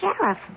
sheriff